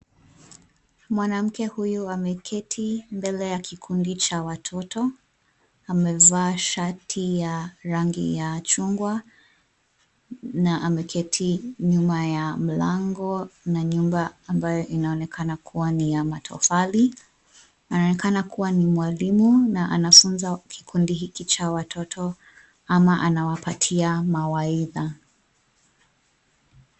Mwanamke huyu ameketi mbele ya kikundi cha watoto, amevaa shati ya rangi ya chungwa, na ameketi nyuma ya mlango na nyumba ambayo inaonekana kuwa ni ya matofali, anaonekana kuwa ni mwalimu na anafunza kikundi hiki cha watoto, ama anawapatia mawaidha.